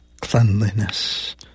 cleanliness